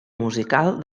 musical